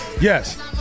yes